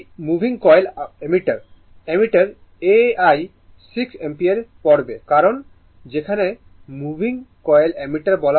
এটি moving coil ammeter ammeter A 1 6 ampere পড়বে কারণ যাকে মুভিং কয়েল অ্যামমিটার বলা হয় সেটা এই DC